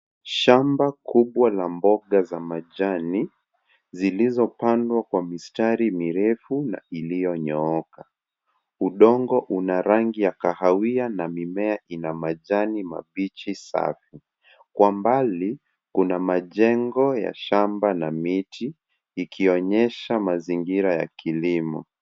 Shamba kubwa la mboga za majani, zilizopandwa kwa mstari mirefu na iliyo nyooka. Udongo Una rangi ya kahawia na mimea ina majani mabichi safi, kwa mbali kuna majengo ya shamba la miti ikionyesha mazingira ya kilimo.